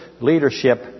leadership